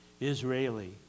Israeli